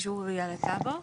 אישור עירייה לטאבו?